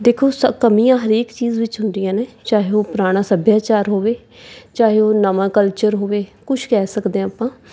ਦੇਖੋ ਸ ਕਮੀਆਂ ਹਰੇਕ ਚੀਜ਼ ਵਿੱਚ ਹੁੰਦੀਆਂ ਨੇ ਚਾਹੇ ਉਹ ਪੁਰਾਣਾ ਸੱਭਿਆਚਾਰ ਹੋਵੇ ਚਾਹੇ ਉਹ ਨਵਾਂ ਕਲਚਰ ਹੋਵੇ ਕੁਛ ਕਹਿ ਸਕਦੇ ਹਾਂ ਆਪਾਂ